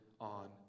on